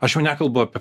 aš jau nekalbu apie